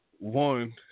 One